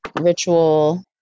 ritual